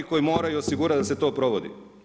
Oni koji moraju osigurati da se to provodi.